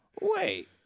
wait